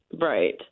Right